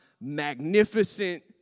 magnificent